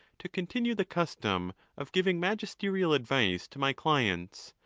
to continue the custom of giving magisterial advice to my clients,